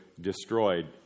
destroyed